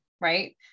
right